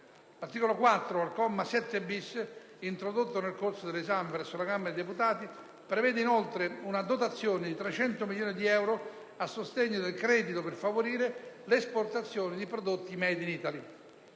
L'articolo 4, al comma 7-*bis*, introdotto nel corso dell'esame presso la Camera dei deputati, prevede inoltre una dotazione di 300 milioni di euro a sostegno del credito per favorire le esportazioni di prodotti *made in Italy*.